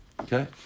Okay